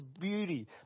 beauty